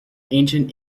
ancient